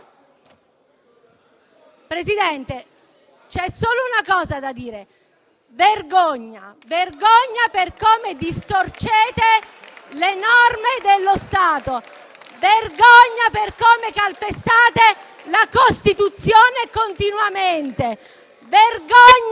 Presidente, c'è solo una cosa da dire: vergogna. Vergogna per come distorcete le norme dello Stato; vergogna per come calpestate la Costituzione continuamente; vergogna